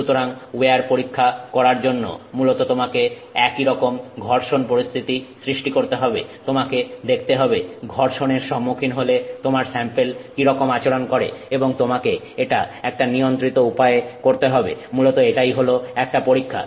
সুতরাং উইয়ার পরীক্ষা করার জন্য মূলত তোমাকে একই রকম ঘর্ষণ পরিস্থিতি সৃষ্টি করতে হবে তোমাকে দেখতে হবে ঘর্ষণের সম্মুখীন হলে তোমার স্যাম্পেল কি রকম আচরণ করে এবং তোমাকে এটা একটা নিয়ন্ত্রিত উপায়ে করতে হবে মূলত এটাই হল একটা পরীক্ষা